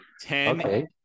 Ten